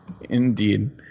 indeed